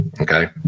okay